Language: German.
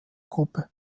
gruppe